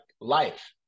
life